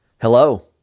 Hello